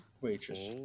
Waitress